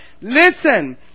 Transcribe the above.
Listen